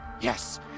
Yes